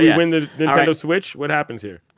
we win the nintendo switch? what happens here?